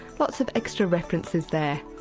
lots of extra references there.